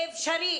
אפשרי.